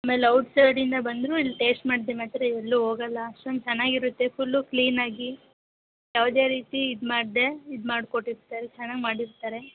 ಆಮೇಲೆ ಔಟ್ ಸೈಡಿಂದ ಬಂದರೂ ಇಲ್ಲಿ ಟೇಸ್ಟ್ ಮಾಡದೆ ಮಾತ್ರ ಎಲ್ಲೂ ಹೋಗೋಲ್ಲ ಅಷ್ಟೊಂದು ಚೆನ್ನಾಗಿರುತ್ತೆ ಫುಲ್ಲು ಕ್ಲೀನಾಗಿ ಯಾವುದೇ ರೀತಿ ಇದು ಮಾಡದೆ ಇದು ಮಾಡ್ಕೊಟ್ಟಿರ್ತಾರೆ ಚೆನ್ನಾಗಿ ಮಾಡಿರ್ತಾರೆ